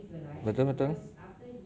betul betul